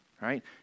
right